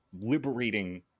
liberating